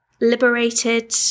liberated